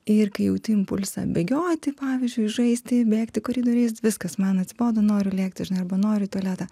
ir kai jauti impulsą bėgioti pavyzdžiui žaisti bėgti koridoriais viskas man atsibodo noriu lėkti iš darbo noriu į tualetą